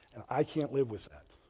i can't live with that.